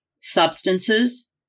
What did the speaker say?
substances